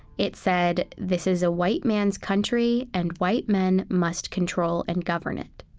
it said this is a white man's country and white men must control and govern it.